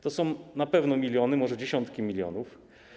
To są na pewno miliony, może dziesiątki milionów.